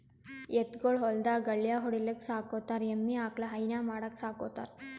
ಎತ್ತ್ ಗೊಳ್ ಹೊಲ್ದಾಗ್ ಗಳ್ಯಾ ಹೊಡಿಲಿಕ್ಕ್ ಸಾಕೋತಾರ್ ಎಮ್ಮಿ ಆಕಳ್ ಹೈನಾ ಮಾಡಕ್ಕ್ ಸಾಕೋತಾರ್